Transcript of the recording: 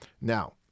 Now